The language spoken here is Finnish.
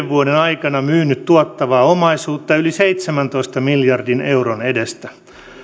vuoden aikana myynyt tuottavaa omaisuutta yli seitsemäntoista miljardin euron edestä